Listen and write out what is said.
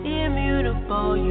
immutable